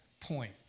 point